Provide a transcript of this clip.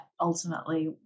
ultimately